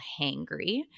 Hangry